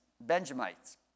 Benjamites